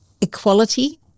equality